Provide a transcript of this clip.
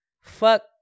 fuck